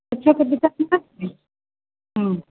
एकरा से दिक्कत है कोनो